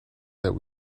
that